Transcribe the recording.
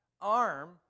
arm